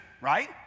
right